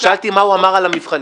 שאלתי מה הוא אמר על המבחנים.